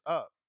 up